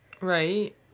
Right